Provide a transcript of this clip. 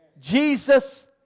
Jesus